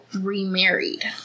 remarried